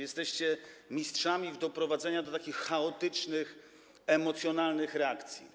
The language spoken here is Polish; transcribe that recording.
Jesteście mistrzami w doprowadzaniu do takich chaotycznych, emocjonalnych reakcji.